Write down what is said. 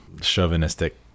chauvinistic